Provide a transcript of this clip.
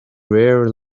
rare